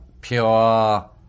pure